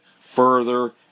further